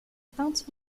peintes